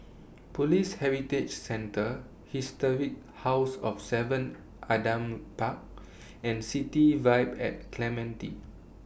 Police Heritage Centre Historic House of seven Adam Park and City Vibe At Clementi